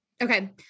okay